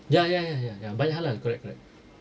ya ya ya ya banyak halal ya ya correct